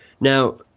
now